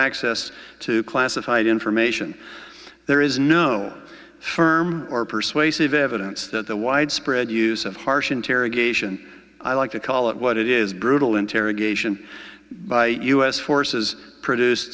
access to classified information there is no firm or persuasive evidence that the widespread use of harsh interrogation i like to call it what it is brutal interrogation by u s forces produced